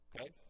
Okay